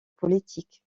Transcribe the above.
politique